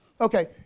Okay